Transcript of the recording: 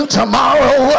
tomorrow